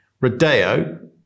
Rodeo